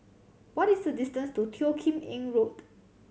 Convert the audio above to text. what is the distance to Teo Kim Eng Road